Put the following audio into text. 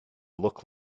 look